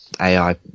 AI